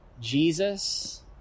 Jesus